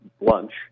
lunch